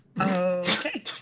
Okay